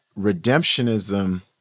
redemptionism